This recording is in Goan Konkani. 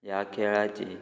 ह्या खेळाचे